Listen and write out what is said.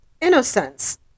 innocence